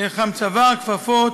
חם-צוואר, כפפות,